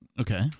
Okay